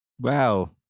wow